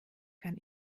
kann